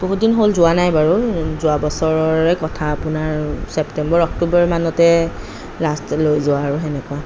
বহুতদিন হ'ল যোৱা নাই বাৰু যোৱা বছৰৰে কথা আপোনাৰ চেপ্তেম্বৰ অক্টোবৰমানতে লাষ্ট লৈ যোৱা আৰু সেনেকুৱা